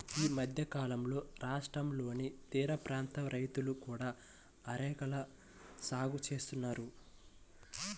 ఈ మధ్యకాలంలో రాష్ట్రంలోని తీరప్రాంత రైతులు కూడా అరెకల సాగు చేస్తున్నారు